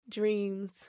Dreams